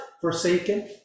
forsaken